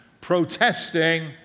protesting